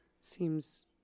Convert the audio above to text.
Seems